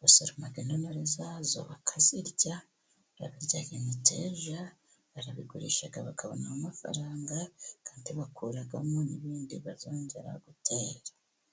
basoroma intonore zazo bakazirya, barabirya nk'imiteja, barabigurisha bakabona amafaranga, kandi bakuragamo n'ibindi bazongera gutera.